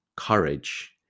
courage